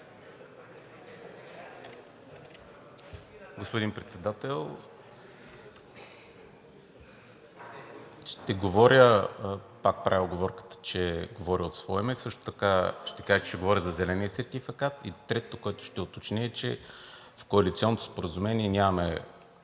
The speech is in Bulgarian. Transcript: Господин Председател, пак правя уговорката, че говоря от свое име, също така ще кажа, че ще говоря за зеления сертификат, и третото, което ще уточня, е, че в коалиционното споразумение нямаме